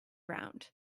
round